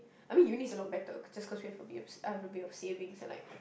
I mean uni is a lot better just cause we have a bit of I have a bit of savings and like